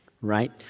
right